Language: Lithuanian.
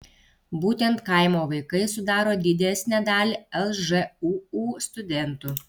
būtent kaimo vaikai sudaro didesnę dalį lžūu studentų